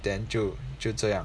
then 就就这样